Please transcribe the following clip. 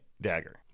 dagger